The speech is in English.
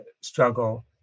struggle